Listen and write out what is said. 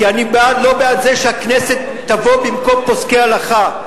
כי אני לא בעד זה שהכנסת תבוא במקום פוסקי הלכה,